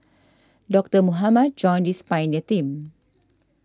Doctor Mohamed joined this pioneer team